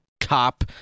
cop